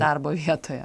darbo vietoje